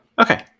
Okay